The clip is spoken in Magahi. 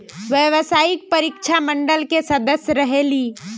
व्यावसायिक परीक्षा मंडल के सदस्य रहे ली?